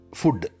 food